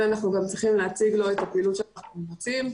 אנחנו צריכים גם להציג לו את הפעילות שאנחנו רוצים.